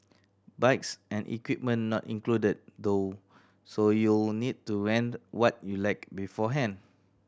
bikes and equipment not included though so you'll need to rent what you lack beforehand